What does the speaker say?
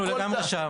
אנחנו לגמרי שם.